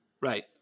Right